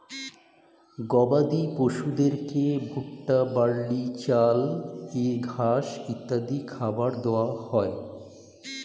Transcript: গবাদি পশুদেরকে ভুট্টা, বার্লি, চাল, ঘাস ইত্যাদি খাবার দেওয়া হয়